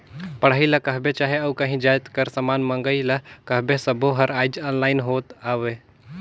पढ़ई ल कहबे चहे अउ काहीं जाएत कर समान मंगई ल कहबे सब्बों हर आएज ऑनलाईन होत हवें